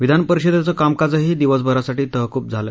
विधान परिषदर्धीकामकाजही दिवसभरासाठी तहकूब झालं